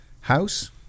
House